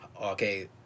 okay